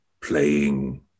playing